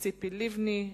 ציפי לבני,